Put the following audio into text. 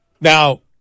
Now